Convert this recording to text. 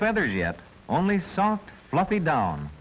feathers yet only soft fluffy down